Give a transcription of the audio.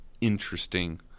interesting